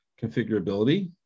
configurability